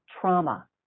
trauma